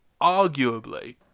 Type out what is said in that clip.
Arguably